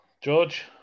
George